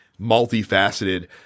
multifaceted